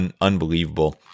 unbelievable